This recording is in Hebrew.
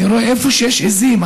אני רואה שאיפה שיש עיזים,